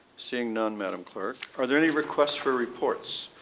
seeing none, madam clerk. are there any requests for reports?